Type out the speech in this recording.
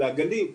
לגנים.